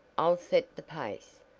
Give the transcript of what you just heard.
i'll set the pace,